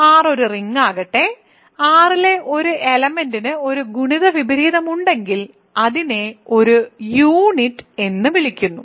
അതിനാൽ R ഒരു ring ആകട്ടെ R ലെ ഒരു എലെമെന്റിന് ഒരു ഗുണിത വിപരീതം ഉണ്ടെങ്കിൽ അതിനെ ഒരു യൂണിറ്റ് എന്ന് വിളിക്കുന്നു